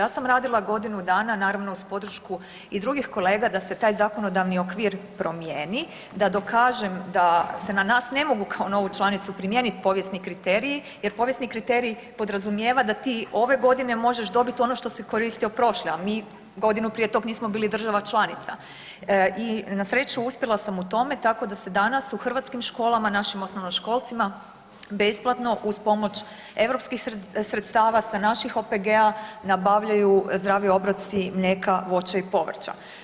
Ja sam radila godinu dana naravno uz podršku i drugih kolega da se taj zakonodavni okvir promijeni da dokažem da se na nas kao novu članicu ne mogu primijeniti povijesni kriteriji jer povijesni kriterij podrazumijeva da ti ove godine možeš dobiti ono što si koristio prošle, a mi godinu prije tog nismo bili država članica i na sreću uspjela sam u tome tako da se danas u hrvatskim školama, našim osnovnoškolcima besplatno uz pomoć europskih sredstava sa naših OPG-a zdravi obroci mlijeka, voća i povrća.